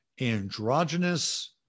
androgynous